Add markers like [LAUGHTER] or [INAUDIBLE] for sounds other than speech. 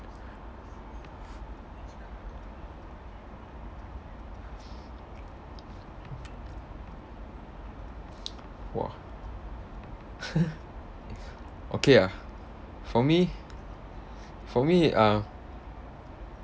!wah! [LAUGHS] okay ah for me for me uh